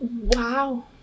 Wow